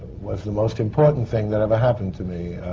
was the most important thing that ever happened to me.